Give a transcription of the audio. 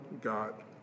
God